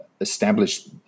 established